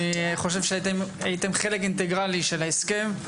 חושב שאתם הייתם חלק אינטגרלי של ההסכם.